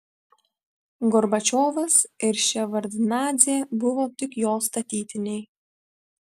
gorbačiovas ir ševardnadzė buvo tik jo statytiniai